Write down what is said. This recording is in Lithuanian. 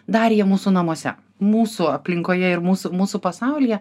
dar jie mūsų namuose mūsų aplinkoje ir mūsų mūsų pasaulyje